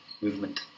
movement